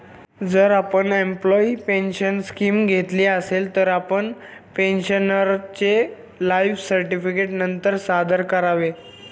जर आपण employee pension scheme घेतली असेल, तर आपण पेन्शनरचे लाइफ सर्टिफिकेट नंतर सादर करावे